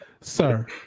Sir